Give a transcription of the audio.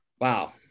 wow